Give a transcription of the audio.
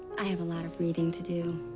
i have a lot of reading to do.